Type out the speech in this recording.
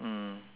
mm